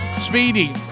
Speedy